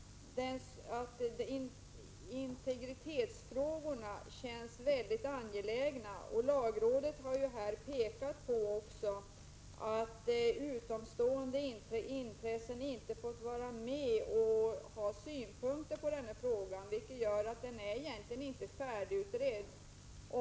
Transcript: Integritetsfrågorna känns mycket angelägna. Lagrådet har pekat på att utomstående intressen inte har fått vara med och lägga synpunkter på denna fråga, vilket gör att den egentligen inte är färdigutredd.